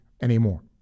anymore